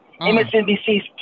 MSNBC's